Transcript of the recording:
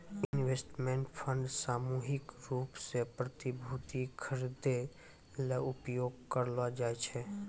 investment fund सामूहिक रूप सें प्रतिभूति खरिदै ल उपयोग करलो जाय छै